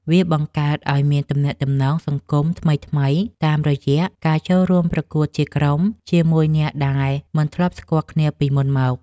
វាបង្កើតឱ្យមានទំនាក់ទំនងសង្គមថ្មីៗតាមរយៈការចូលរួមប្រកួតជាក្រុមជាមួយអ្នកដែលមិនធ្លាប់ស្គាល់គ្នាពីមុនមក។